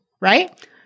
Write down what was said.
right